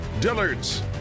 Dillard's